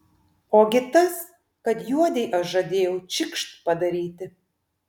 ogi tas kad juodei aš žadėjau čikšt padaryti